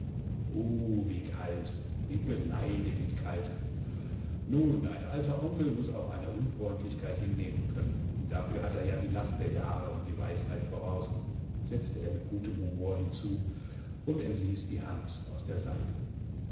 wie kalt wie beleidigend kalt nun ein alter onkel muß auch eine unfreundlichkeit hinnehmen können dafür hat er ja die last der jahre und die weisheit voraus setzte er mit gutem humor hinzu und entließ die hand aus der seinen